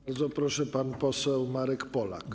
Bardzo proszę, pan poseł Marek Polak.